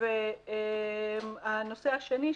הנושא השני,